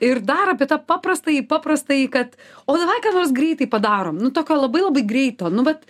ir dar apie tą paprastąjį paprastąjį kad o davai ką nors greitai padarom nu tokio labai labai greito nu vat